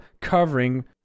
covering